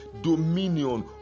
dominion